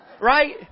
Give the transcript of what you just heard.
Right